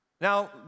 Now